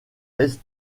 est